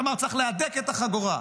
שאמר שצריך להדק את החגורה.